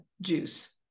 juice